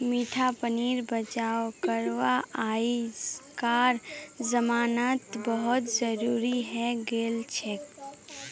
मीठा पानीर बचाव करवा अइजकार जमानात बहुत जरूरी हैं गेलछेक